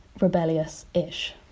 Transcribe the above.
rebellious-ish